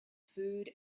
food